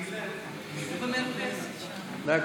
גברתי?